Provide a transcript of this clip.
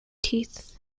teeth